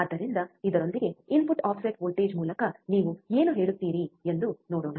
ಆದ್ದರಿಂದ ಇದರೊಂದಿಗೆ input offset voltage ಮೂಲಕ ನೀವು ಏನು ಹೇಳುತ್ತೀರಿ ಎಂದು ನೋಡೋಣ